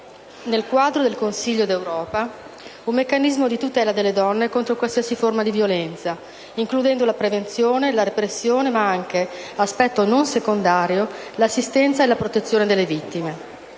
nel quadro del Consiglio d'Europa, un meccanismo di tutela delle donne contro qualsiasi forma di violenza, includendo la prevenzione, la repressione ma anche, aspetto non secondario, l'assistenza e la protezione delle vittime.